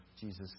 Jesus